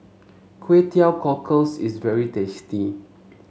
Kway Teow Cockles is very tasty